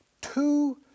two